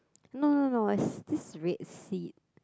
no no no it's this red seed